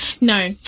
No